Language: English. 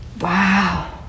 Wow